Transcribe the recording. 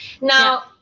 now